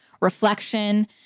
reflection